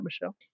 Michelle